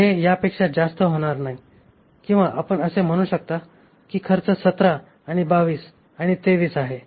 हे यापेक्षा जास्त होणार नाही किंवा आपण असे म्हणू शकता की खर्च 17 आणि 22 आणि 23 आहे